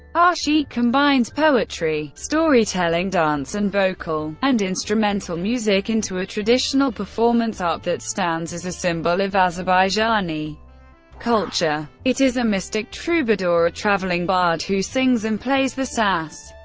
ah ashiq combines poetry, storytelling, dance and vocal and instrumental music into a traditional performance art that stands as a symbol of azerbaijani culture. it is a mystic troubadour or traveling bard who sings and plays the saz.